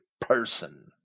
person